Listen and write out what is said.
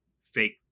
fake